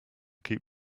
keep